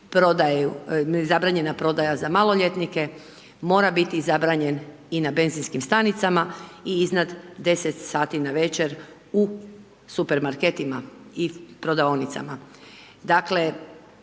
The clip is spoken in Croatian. zabranjena prodaja za maloljetnike mora biti zabranjen i na benzinskim stanicama i iznad 10 sati navečer u supermarketima i prodavaonicama. Dakle